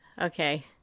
Okay